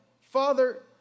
Father